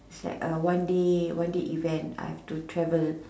is like one day one day event I have to travel